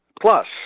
Plus